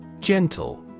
Gentle